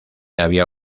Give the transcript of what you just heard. había